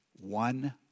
One